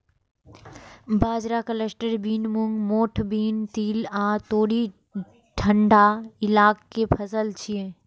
बाजरा, cluster bean, मूंग, मोठ बीन, तिल आ तोरी ठंढा इलाका के फसल छियै